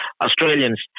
Australians